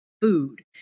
food